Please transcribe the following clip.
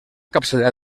capçalera